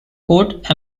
court